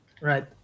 Right